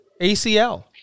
ACL